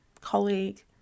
colleague